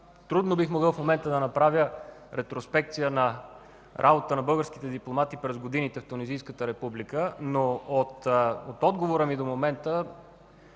Трудно бих могъл в момента да направя ретроспекция на работата на българските дипломати през годините в Тунизийската република, но от отговора ми до момента